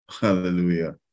Hallelujah